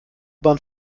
bahn